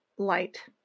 light